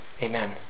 Amen